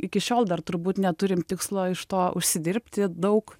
iki šiol dar turbūt neturim tikslo iš to užsidirbti daug